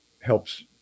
helps